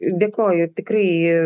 dėkoju tikrai